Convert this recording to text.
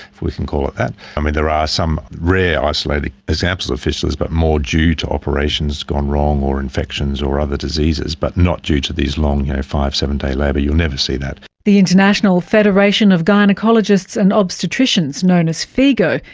if we can call it that. i mean, there are some rare isolated examples of fistulas, but more due to operations gone wrong or infections or other diseases, but not due to these long five, seven-day labour, you'l never see that. the international federation of gynaecologists and obstetricians, known as figo,